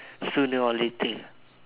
sooner or later